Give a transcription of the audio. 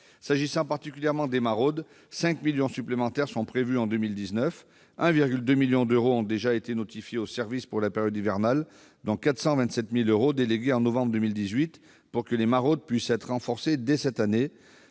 S'agissant particulièrement des maraudes, 5 millions d'euros supplémentaires sont prévus en 2019, 1,2 million d'euros ayant déjà été notifiés aux services pour la période hivernale, dont 427 000 euros délégués en novembre 2018 pour que les maraudes puissent être renforcées dès cette année.